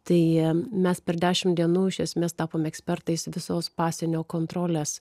tai mes per dešimt dienų iš esmės tapome ekspertais visos pasienio kontrolės